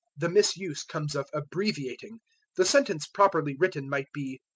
the misuse comes of abbreviating the sentence properly written might be,